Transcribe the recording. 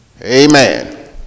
Amen